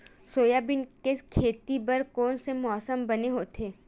Soybean के खेती बर कोन से मौसम बने होथे?